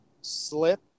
slip